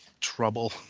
trouble